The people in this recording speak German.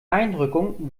einrückung